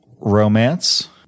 Romance